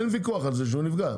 אין ויכוח על זה שהוא נפגע.